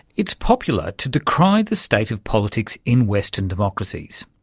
it's popular to decry the state of politics in western democracies.